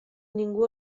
ningú